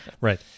Right